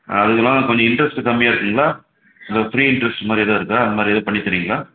அதற்குலாம் கொஞ்சம் இன்ட்ரஸ்ட்டு கம்மியாக இருக்குங்களா இந்த ஃப்ரீ இன்ட்ரஸ்ட் மாதிரி எதாவது இருக்கா அந்தமாதிரி எதாவது பண்ணி தருவீங்களா